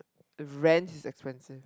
rent is expensive